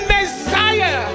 Messiah